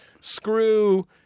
screw